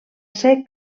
ser